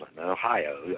Ohio